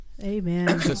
amen